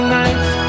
nights